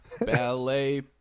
ballet